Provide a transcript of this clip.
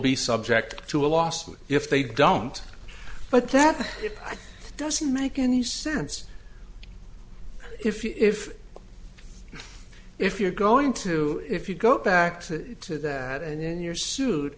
be subject to a lawsuit if they don't but that doesn't make any sense if if you're going to if you go back to to that and then you're sued